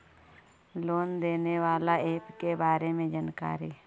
Loan देने बाला app के बारे मे जानकारी?